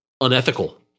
unethical